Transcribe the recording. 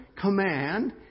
command